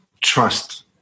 trust